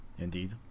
Indeed